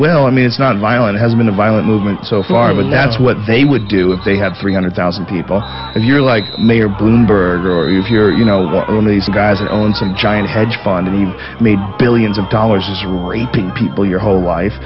will i mean it's not violent has been a violent movement so far but that's what they would do if they had three hundred thousand people a year like mayor bloomberg or if you're you know the only guys that owns a giant hedge fund and he made billions of dollars rory the people your whole life